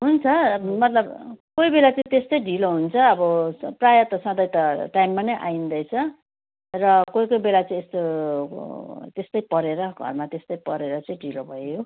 हुन्छ मतलब कोही बेला चाहिँ त्यस्तै ढिलो हुन्छ अब प्रायः त सधैँ त टाइममा नै आइँदैछ र कोही कोही बेला चाहिँ यस्तो त्यस्तै परेर घरमा त्यस्तै परेर चाहिँ ढिलो भयो